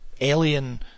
alien